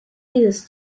dieses